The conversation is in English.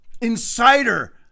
Insider